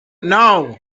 nou